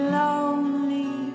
lonely